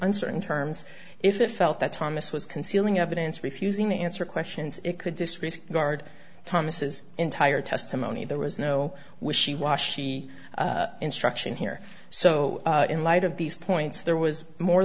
uncertain terms if they felt that thomas was concealing evidence refusing to answer questions it could disregard thomas entire testimony there was no wishy washy instruction here so in light of these points there was more